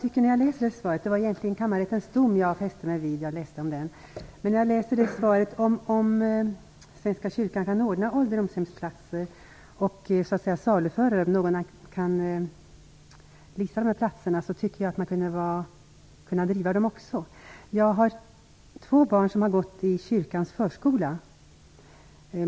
Fru talman! Det var egentligen Kammarrättens dom jag fäste mig vid när jag läste. Om Svenska kyrkan kan ordna ålderdomsplatser och saluföra dem - om någon kan leasa dessa platser - tycker jag att kyrkan skulle kunna driva dem också. Jag har två barn som har gått i kyrkans förskola.